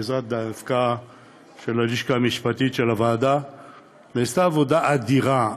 בעזרת הלשכה המשפטית של הוועדה נעשתה עבודה אדירה,